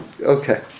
Okay